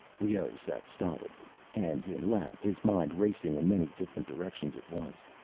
leoh sat stolidly, hands in lap, his mind racing in many different directions at once.